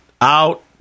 out